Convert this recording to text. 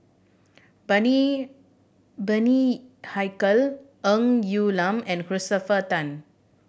Bani Bani Haykal Ng Quee Lam and Christopher Tan